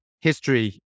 history